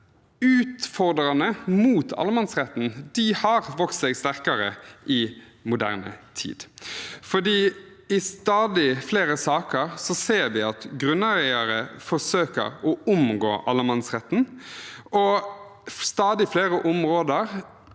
utfordrerne mot allemannsretten har vokst seg sterkere i moderne tid, for i stadig flere saker ser vi at grunneiere forsøker å omgå allemannsretten, og stadig flere områder